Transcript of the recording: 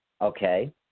Okay